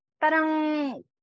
parang